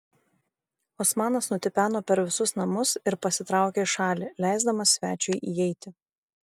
osmanas nutipeno per visus namus ir pasitraukė į šalį leisdamas svečiui įeiti